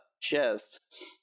chest